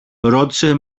ρώτησε